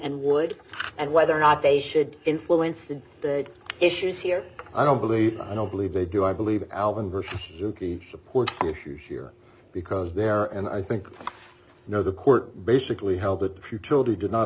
and would and whether or not they should influence the issues here i don't believe i don't believe they do i believe album versus support issue here because there and i think you know the court basically held that the utility did not